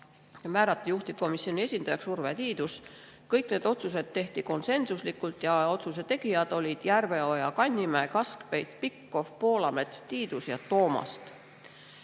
ja määrata juhtivkomisjoni esindajaks Urve Tiidus. Kõik otsused tehti konsensuslikult ja otsuste tegijad olid Järveoja, Kannimäe, Kaskpeit, Pikhof, Poolamets, Tiidus ja Toomast. Kuna